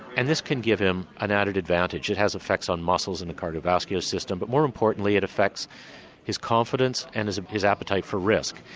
and this can give him an added advantage it has effects on muscles and the cardiovascular system, but more importantly it affects his confidence and his um his appetite for risk.